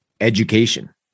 education